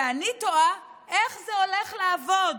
ואני תוהה איך זה הולך לעבוד.